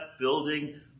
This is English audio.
building